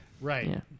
Right